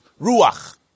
ruach